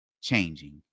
changing